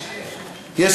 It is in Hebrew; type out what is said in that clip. יש, יש.